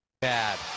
bad